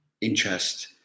interest